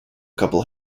couple